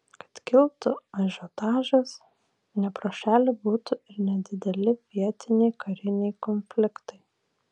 kad kiltų ažiotažas ne pro šalį būtų ir nedideli vietiniai kariniai konfliktai